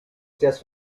seas